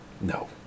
No